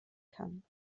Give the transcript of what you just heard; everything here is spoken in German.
kann